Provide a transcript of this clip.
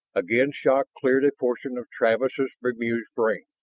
again shock cleared a portion of travis' bemused brain.